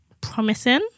promising